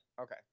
okay